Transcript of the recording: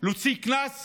להוציא קנס